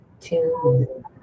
two